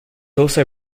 also